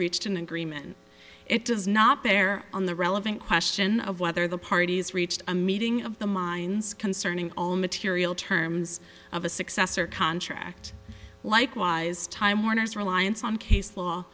reached an agreement it does not bear on the relevant question of whether the parties reached a meeting of the minds concerning all material terms of a successor contract likewise time warner's reliance on case law